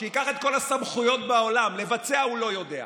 שייקח את כל הסמכויות בעולם, לבצע הוא לא יודע.